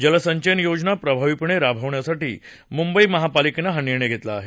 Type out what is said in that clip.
जलसंचयन योजना प्रभावीपणे राबवण्यासाठी मुंबई महापालिकेनं हा निर्णय घेतला आहे